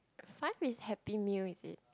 five is happy meal is it